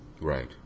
Right